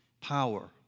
power